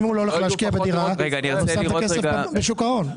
אם הוא לא הולך להשקיע בדירה הוא שם את הכסף בשוק ההון.